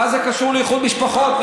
מה זה קשור לאיחוד משפחות?